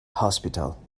hospital